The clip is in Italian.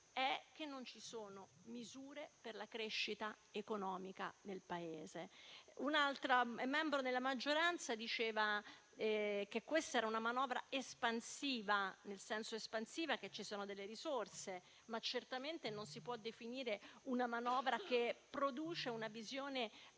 è che non ci sono misure per la crescita economica del Paese. Un altro membro della maggioranza ha detto che questa è una manovra espansiva, nel senso che ci sono delle risorse; ma certamente non la si può definire una manovra che produce una visione